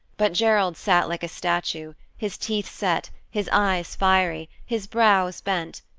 but gerald sat like a statue, his teeth set, his eyes fiery, his brows bent,